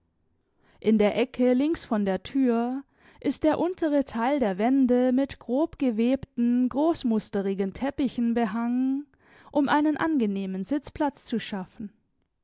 in der ecke links von der tür ist der untere teil der wände mit grob gewebten großmusterigen teppichen behangen um einen angenehmen sitzplatz zu schaffen